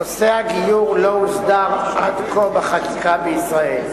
נושא הגיור לא הוסדר עד כה בחקיקה בישראל,